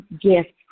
gift